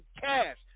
cash